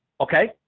Okay